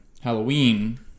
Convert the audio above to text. Halloween